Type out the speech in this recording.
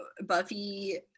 Buffy